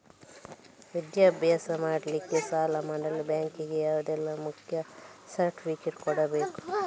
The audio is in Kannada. ವಿದ್ಯಾಭ್ಯಾಸ ಮಾಡ್ಲಿಕ್ಕೆ ಸಾಲ ಮಾಡಲು ಬ್ಯಾಂಕ್ ಗೆ ಯಾವುದೆಲ್ಲ ಮುಖ್ಯ ಸರ್ಟಿಫಿಕೇಟ್ ಕೊಡ್ಬೇಕು?